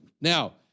Now